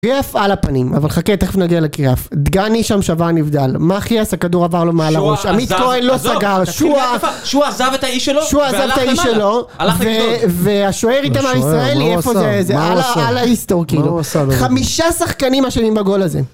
קריאף על הפנים, אבל חכה, תכף נגיע לקריאף. דגני שם שבר נבדל; מחייס, הכדור עבר לו מעל הראש; עמית כהן לא סגר; שועה, עזב את האיש שלו והשוער איתם הישראלי איפה זה איזה אללה יוסתור, כאילו חמישה שחקנים אשמים בגול הזה.